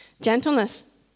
Gentleness